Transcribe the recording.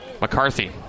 McCarthy